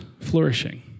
flourishing